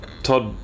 Todd